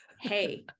Hey